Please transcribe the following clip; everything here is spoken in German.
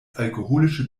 alkoholische